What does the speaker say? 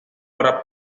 para